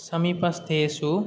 समीपस्थेषु